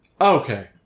Okay